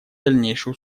дальнейшее